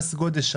מס הגודש,